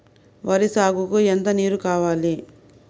వరి సాగుకు ఎంత నీరు కావాలి?